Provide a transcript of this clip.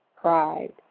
pride